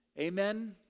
Amen